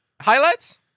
Highlights